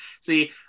See